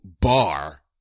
bar